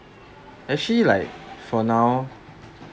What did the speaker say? actually like for now